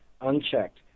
unchecked